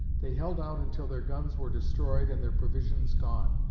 they held out until their guns were destroyed and their provisions gone.